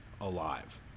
alive